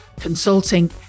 consulting